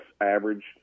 average